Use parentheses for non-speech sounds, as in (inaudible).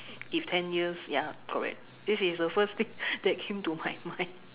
if ten years ya correct this is the first thing (laughs) that came to my mind